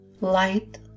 light